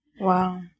Wow